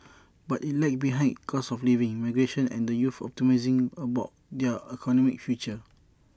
but IT lagged behind in cost of living migration and the youth's optimism about their economic future